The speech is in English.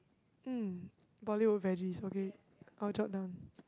um Bollywood veggies okay all jolt down